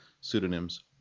pseudonyms